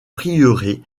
prieuré